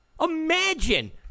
Imagine